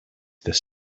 this